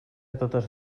totes